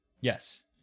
Yes